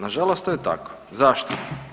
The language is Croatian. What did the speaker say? Nažalost to je tako, zašto?